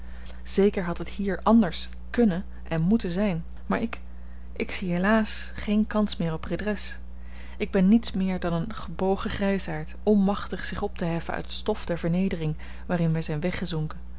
zeker had het hier anders kunnen en moeten zijn maar ik ik zie helaas geen kans meer op redres ik ben niets meer dan een gebogen grijsaard onmachtig zich op te heffen uit het stof der vernedering waarin wij zijn weggezonken